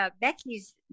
Becky's